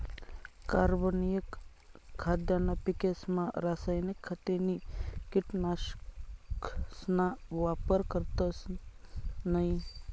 कार्बनिक खाद्यना पिकेसमा रासायनिक खते नी कीटकनाशकसना वापर करतस नयी